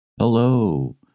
Hello